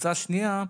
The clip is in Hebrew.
והקבוצה השנייה,